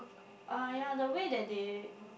uh yeah the way that they